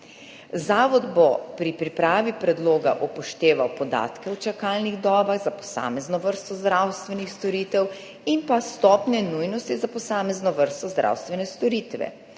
Zavod bo pri pripravi predloga upošteval podatke o čakalnih dobah za posamezno vrsto zdravstvenih storitev in stopnje nujnosti za posamezno vrsto zdravstvene storitve